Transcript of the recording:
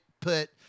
put